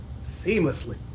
Seamlessly